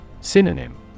Synonym